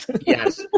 Yes